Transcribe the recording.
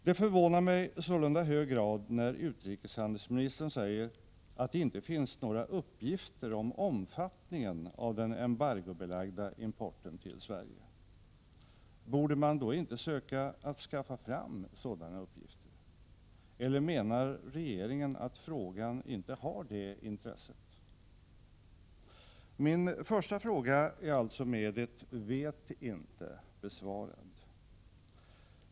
Det förvånar mig sålunda i hög grad när utrikeshandelsministern säger att det inte finns några uppgifter om omfattningen av den embargobelagda importen till Sverige. Borde man då inte söka att skaffa fram sådana uppgifter? Eller menar regeringen att frågan inte är av sådant intresse? Min första fråga är alltså med ett ”vet inte” besvarad.